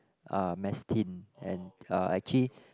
uh mess tin and uh actually